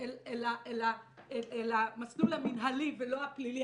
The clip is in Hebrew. אל המסלול המנהלי ולא הפלילי,